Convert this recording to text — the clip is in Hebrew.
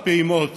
הפעימות